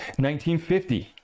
1950